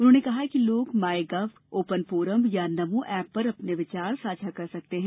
उन्होंने कहा कि लोग माईगव ओपन फोरम या नमो एप पर अपने विचार साझा कर सकते हैं